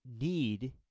need